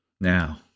Now